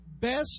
best